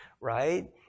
right